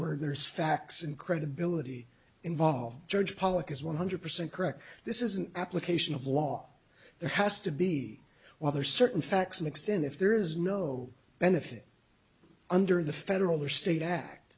where there is facts and credibility involved judge pollak is one hundred percent correct this is an application of law there has to be whether certain facts and extend if there is no benefit under the federal or state act